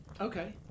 Okay